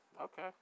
Okay